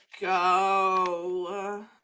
go